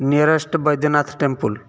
nearest Baidyanath temple